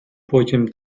потім